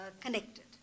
connected